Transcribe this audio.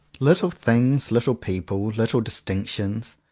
little things, little people, little distinc tions,